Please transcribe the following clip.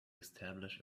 establish